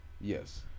Yes